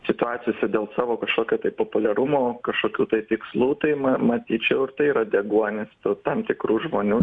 situacijose dėl savo kažkokio tai populiarumų kažkokių tai tikslų tai ma matyčiau ir tai yra deguonis su tam tikrų žmonių